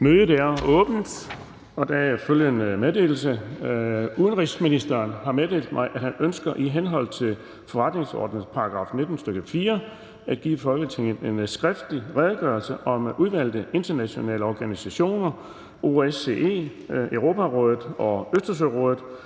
Mødet er åbnet. I dag er der følgende meddelelse: Udenrigsministeren (Lars Løkke Rasmussen) har meddelt mig, at han ønsker i henhold til forretningsordenens § 19, stk. 4, at give Folketinget en skriftlig Redegørelse om udvalgte internationale organisationer (OSCE, Europarådet og Østersørådet).